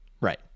Right